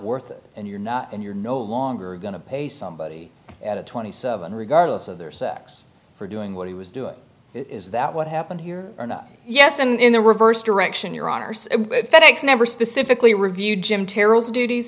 worth it and you're not and you're no longer going to pay somebody twenty seven regardless of their sex for doing what he was doing is that what happened here or not yes and in the reverse direction your honour's fed ex never specifically reviewed jim terrell's duties